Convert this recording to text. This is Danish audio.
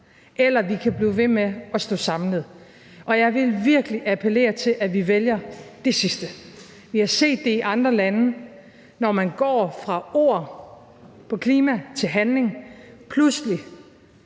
eller vi kan blive ved med at stå samlet. Jeg vil virkelig appellere til, at vi vælger det sidste. Vi har set det i andre lande: Når man på klima går fra ord til handling, står